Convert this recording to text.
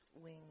wing